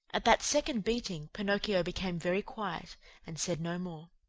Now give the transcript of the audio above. at that second beating, pinocchio became very quiet and said no more.